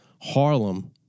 Harlem